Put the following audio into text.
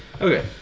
Okay